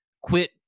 quit